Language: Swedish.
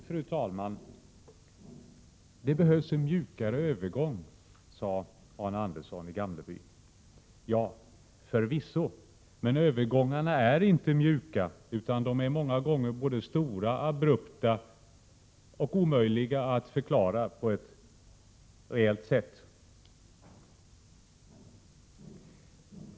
Fru talman! Det behövs en mjukare övergång, sade Arne Andersson i Gamleby. Ja, förvisso, men övergångarna är inte mjuka, utan de är många gånger såväl stora och abrupta som omöjliga att förklara på ett reellt sätt.